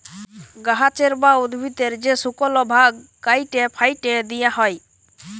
গাহাচের বা উদ্ভিদের যে শুকল ভাগ ক্যাইটে ফ্যাইটে দিঁয়া হ্যয়